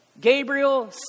Gabriel